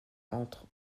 entre